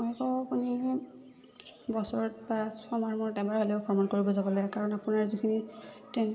মই কওঁ আপুনি বছৰত বা ছমাহৰ মূৰত এবাৰ হ'লেও ভ্ৰমণ কৰিব যাব লাগে কাৰণ আপোনাৰ যিখিনি টেন